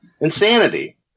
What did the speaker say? Insanity